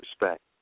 Respect